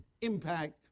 impact